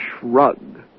shrug